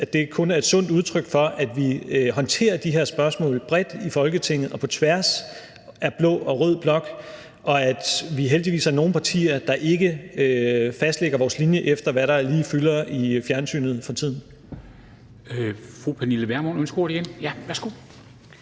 at det kun er et sundt udtryk for, at vi håndterer de her spørgsmål bredt i Folketinget og på tværs af blå og rød blok, og at vi heldigvis er nogle partier, der ikke fastlægger vores linje efter, hvad der lige fylder i fjernsynet for tiden.